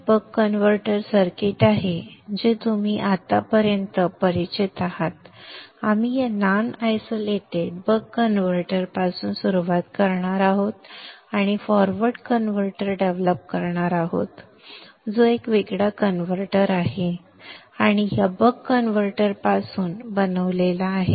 हे buck converter circuit आहे जे तुम्ही आतापर्यंत परिचित आहात आपण या नॉन आयसोलेटेड बक कन्व्हर्टर पासून सुरुवात करणार आहोत आणि फॉरवर्ड कन्व्हर्टर डेव्हलप करणार आहोत जो एक वेगळा कन्व्हर्टर आहे आणि या बक कन्व्हर्टरपासून बनवला आहे